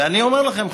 ואני אומר לכם,